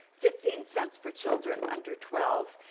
fifteen cents for children under twelve,